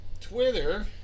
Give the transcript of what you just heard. Twitter